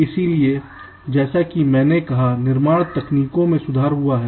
इसलिए जैसा कि मैंने कहा निर्माण तकनीकों में सुधार हुआ है